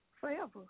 Forever